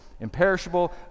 imperishable